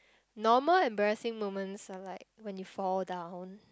normal embarrassing moments are like when you fall down